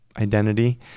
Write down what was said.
identity